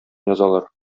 язалар